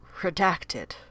redacted